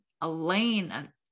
Elaine